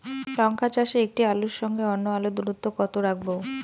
লঙ্কা চাষে একটি আলুর সঙ্গে অন্য আলুর দূরত্ব কত রাখবো?